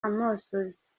amosozi